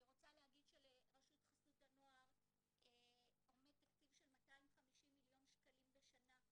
אני רוצה להגיד שלרשות חסות הנוער עומד תקציב של 250 מיליון שקלים בשנה,